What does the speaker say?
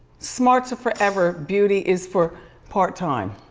smarts are forever, beauty is for part time.